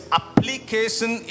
application